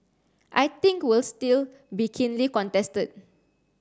I think will still be keenly contested